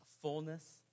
fullness